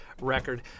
record